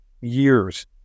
years